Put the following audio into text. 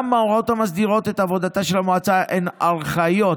גם ההוראות המסדירות את עבודתה של המועצה הן ארכאיות.